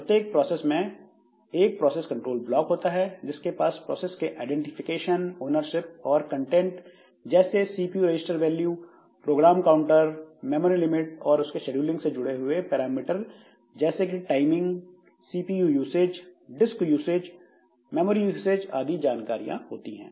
प्रत्येक प्रोसेस में एक प्रोसेस कंट्रोल ब्लॉक होता है जिसके पास प्रोसेस के आइडेंटिफिकेशन ओनरशिप और कंटेंट जैसे CPU register value program counter memory limit और उसके शेड्यूलिंग से जुड़े हुए पैरामीटर जैसे की timing CPU usage disk usage memory usage आदि जानकारियां होती हैं